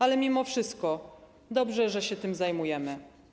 Ale mimo wszystko dobrze, że się tym zajmujemy.